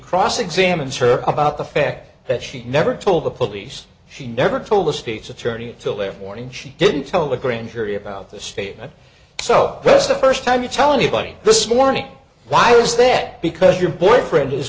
cross examine her about the fact that she never told the police she never told the state's attorney until their morning she didn't tell the grand jury about the statement so yes the first time you tell anybody this morning why is that because your boyfriend is